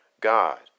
God